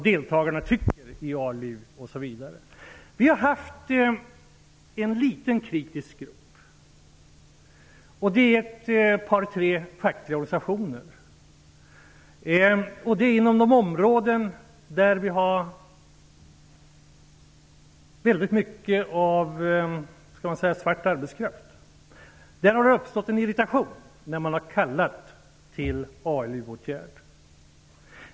Det har funnits en liten kritisk grupp, och det är ett par tre fackliga organisationer. Det är inom de områden där det förekommer mycket svart arbetskraft. Där har det uppstått en irritation när man har kallat till ALU-åtgärder.